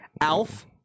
Alf